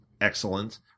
excellent